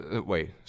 wait